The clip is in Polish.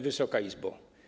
Wysoka Izbo!